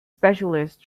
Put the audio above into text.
specialist